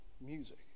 music